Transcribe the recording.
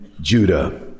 Judah